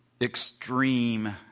Extreme